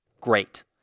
great